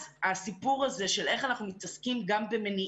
אז הסיפור הזה של איך אנחנו מתעסקים גם במניעה,